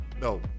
no